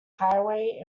highway